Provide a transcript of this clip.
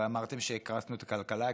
הרי אמרתם שהקרסנו את הכלכלה,